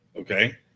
Okay